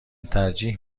ترجیح